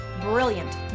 brilliant